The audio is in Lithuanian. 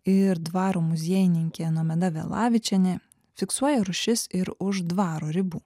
ir dvaro muziejininkė nomeda vėlavičienė fiksuoja rūšis ir už dvaro ribų